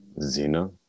Zena